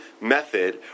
method